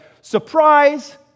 surprise